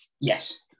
Yes